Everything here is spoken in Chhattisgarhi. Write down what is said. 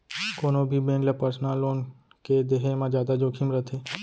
कोनो भी बेंक ल पर्सनल लोन के देहे म जादा जोखिम रथे